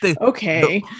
okay